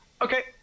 Okay